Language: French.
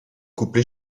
couple